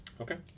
Okay